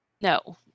no